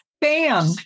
bam